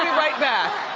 ah right back.